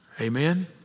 Amen